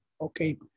okay